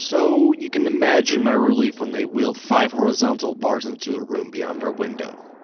so you can imagine my relief when they wheeled five horizontal bars into the room beyond our window.